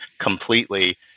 completely